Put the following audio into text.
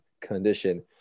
condition